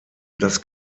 das